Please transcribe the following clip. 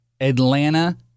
Atlanta